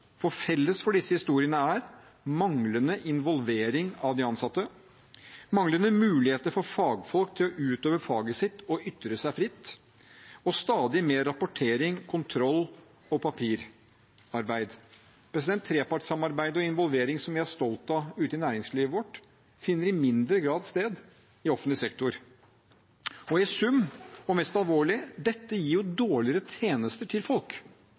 for felles for disse historiene er: manglende involvering av de ansatte manglende muligheter for fagfolk til å utøve faget sitt og ytre seg fritt stadig mer rapportering, kontroll og papirarbeid Trepartssamarbeid og involvering – som vi er stolt av ute i næringslivet vårt – finner i mindre grad sted i offentlig sektor. Og i sum, og mest alvorlig: Dette gir dårligere tjenester til folk.